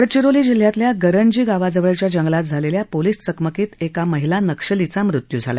गडचिरोली जिल्ह्यातल्या गंरजी गावाजवळच्या जंगलात झालेल्या पोलीस चकमकीत एका महिला नक्षलीचा मृत्यू झाला